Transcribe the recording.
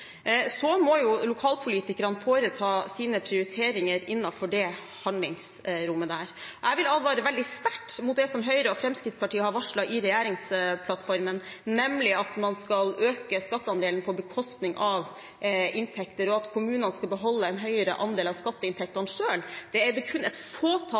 Så må lokalpolitikerne foreta sine prioriteringer innenfor dette handlingsrommet. Jeg vil advare veldig sterkt mot det som Høyre og Fremskrittspartiet har varslet i regjeringsplattformen – nemlig at man skal øke skatteandelen på bekostning av inntekter, og at kommunene skal beholde en høyere andel av skatteinntektene selv. Det er det kun et